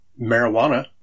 Marijuana